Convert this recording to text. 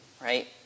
right